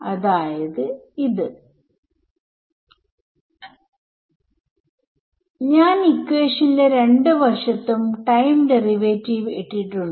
അതായത് ഞാൻ ഇക്വേഷന്റെ രണ്ട് വശത്തും ടൈം ഡെറിവേറ്റീവ് ഇട്ടിട്ടുണ്ട്